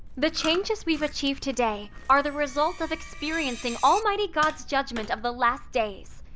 the changes we've achieved today are the result of experiencing almighty god's judgment of the last days.